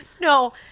No